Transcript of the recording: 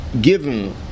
given